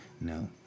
No